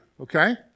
Okay